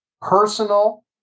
Personal